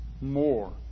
more